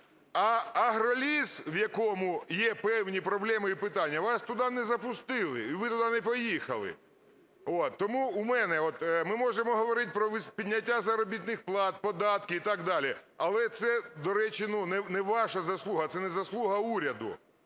А "Агроліс", в якому є певні проблеми і питання, вас туди не запустили, і ви туди не поїхали. Тому у мене, от ми можемо говорити про підняття заробітних плат, податків і так далі. Але це, до речі, не ваша заслуга, це не заслуга уряду.